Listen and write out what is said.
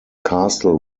castle